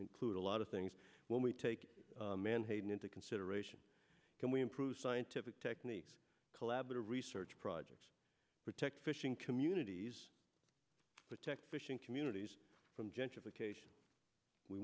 include a lot of things when we take manhattan into consideration can we improve scientific techniques collaborative research projects protect fishing communities protect fishing communities from gentrification we